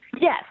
Yes